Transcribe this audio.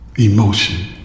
emotion